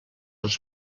els